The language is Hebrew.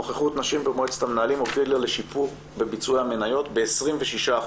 נוכחות נשים במועצת המנהלים הובילה לשיפור בביצועי המניות ב-26%